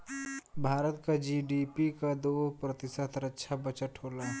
भारत क जी.डी.पी क दो प्रतिशत रक्षा बजट होला